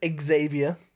Xavier